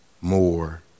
more